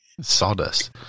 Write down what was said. Sawdust